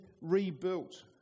rebuilt